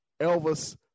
Elvis